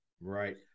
Right